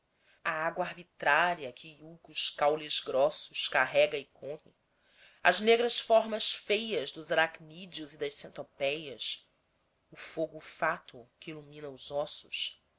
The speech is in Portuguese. a água arbitrária que hiulcos caules grossos carrega e come as negras formas feias dos aracnídeos e das centopéias o fogo fátuo que ilumina os ossos